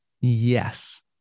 Yes